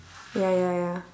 ya ya ya